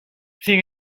sin